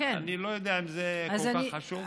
אני לא יודע אם זה כל כך חשוב.